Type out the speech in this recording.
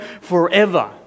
forever